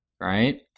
right